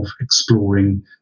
exploring